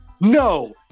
No